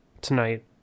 tonight